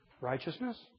Righteousness